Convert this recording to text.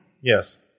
Yes